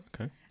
Okay